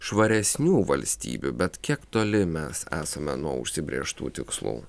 švaresnių valstybių bet kiek toli mes esame nuo užsibrėžtų tikslų